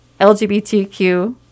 LGBTQ